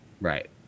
right